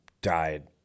died